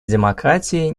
демократии